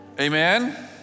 Amen